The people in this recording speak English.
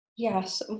Yes